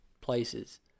places